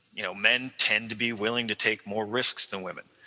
you know men tend to be willing to take more risks than women.